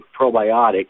probiotic